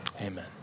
amen